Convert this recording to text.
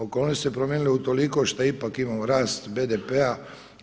Okolnosti su se promijenile utoliko što ipak imamo rast BDP-a.